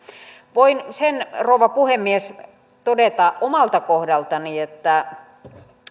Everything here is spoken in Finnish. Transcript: voin sen rouva puhemies todeta omalta kohdaltani että